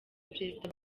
perezida